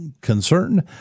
concern